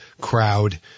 crowd